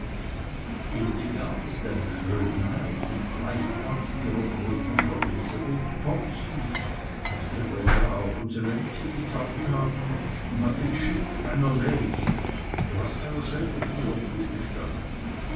hildegard ist eine schönheit und gleicht ganz ihrer großmutter elisabeth thompson nach der wir ja auch unsere lizzi getauft haben und hat den chic einer lady du hast mir das selber früher zugestanden